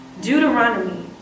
Deuteronomy